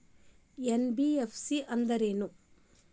NBFC ಅಂದ್ರೇನು?